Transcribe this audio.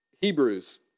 Hebrews